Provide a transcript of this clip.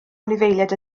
anifeiliaid